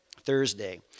Thursday